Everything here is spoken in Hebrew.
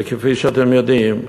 וכפי שאתם יודעים,